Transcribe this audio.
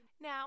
Now